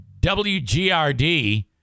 WGRD